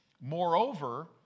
Moreover